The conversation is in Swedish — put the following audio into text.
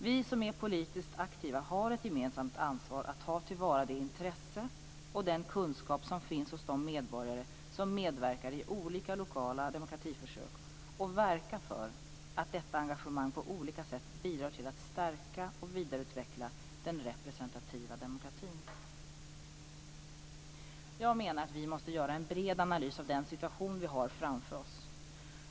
Vi som är politiskt aktiva har ett gemensamt ansvar att ta till vara det intresse och den kunskap som finns hos de medborgare som medverkar i olika lokala demokratiförsök och verka för att detta engagemang på olika sätt bidrar till att stärka och vidareutveckla den representativa demokratin. Jag menar att vi måste göra en bred analys av den situation vi har framför oss.